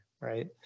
right